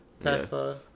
Tesla